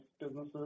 businesses